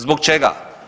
Zbog čega?